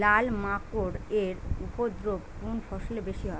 লাল মাকড় এর উপদ্রব কোন ফসলে বেশি হয়?